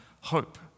hope